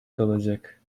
kalacak